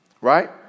Right